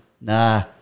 nah